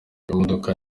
imodoka